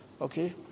Okay